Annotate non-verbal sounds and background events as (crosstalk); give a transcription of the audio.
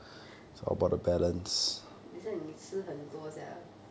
(laughs) 等一下你吃很多 sia